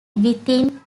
within